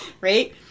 Right